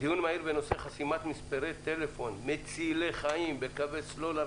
"דיון מהיר בנושא חסימת מספרי טלפון מצילי חיים בקווי סלולר